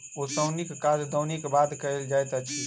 ओसौनीक काज दौनीक बाद कयल जाइत अछि